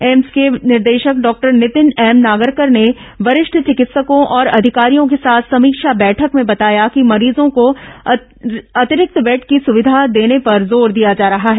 AIIMS के निदेशक doctor Nitin M Nagarkar ने वरिष्ठ चिकित्सकों और अधिकारियों के साथ समीक्षा बैठक में बताया कि मरीजों को अतिरिक्त बेड की सुविधा देने पर जोर दिया जा रहा है